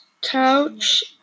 couch